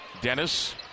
Dennis